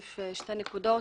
נקודות.